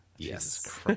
Yes